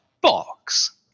box